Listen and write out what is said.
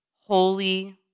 holy